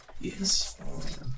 Yes